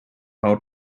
how